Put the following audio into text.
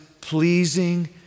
pleasing